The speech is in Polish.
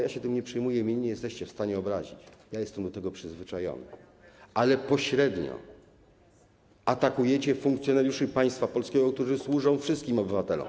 Ja się tym nie przejmuję, mnie nie jesteście w stanie obrazić, jestem do tego przyzwyczajony, ale pośrednio atakujecie funkcjonariuszy państwa polskiego, którzy służą wszystkim obywatelom.